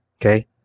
Okay